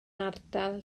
ardal